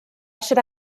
should